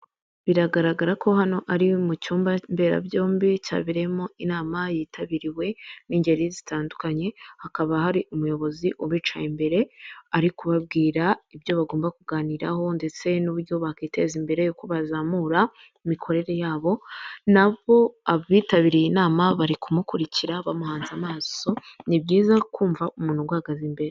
Biragaragara ko hano ari mu cyumba mberabyombi cyabereyemo inama yitabiriwe n'ingeri zitandukanye hakaba hari umuyobozi ubicaye imbere ari kubabwira ibyo bagomba kuganiraho ndetse n'uburyo bakiteza imbere uko bazamura ku mikorere yabo nabo abitabiriye inama bari kumukurikira bamuhanze amaso ni byiza kumva umuntu uhagaze imbere.